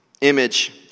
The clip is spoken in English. image